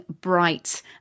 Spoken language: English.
bright